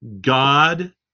God